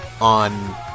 on